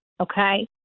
okay